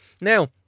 now